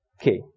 Okay